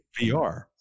VR